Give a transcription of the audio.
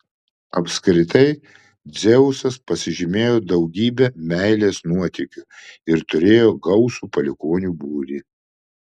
apskritai dzeusas pasižymėjo daugybe meilės nuotykių ir turėjo gausų palikuonių būrį